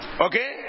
Okay